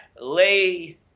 Lay